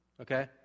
okay